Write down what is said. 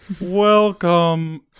welcome